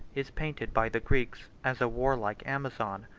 is painted by the greeks as a warlike amazon,